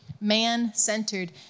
man-centered